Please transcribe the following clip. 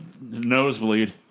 nosebleed